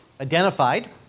identified